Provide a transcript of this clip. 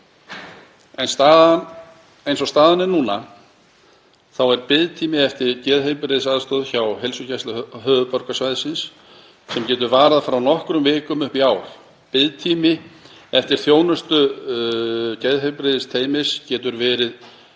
Eins og staðan er núna getur biðtími eftir geðheilbrigðisaðstoð hjá Heilsugæslu höfuðborgarsvæðisins varað frá nokkrum vikum upp í ár. Biðtími eftir þjónustu geðheilbrigðisteymis getur verið